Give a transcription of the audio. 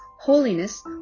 holiness